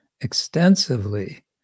extensively